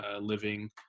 living